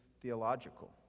theological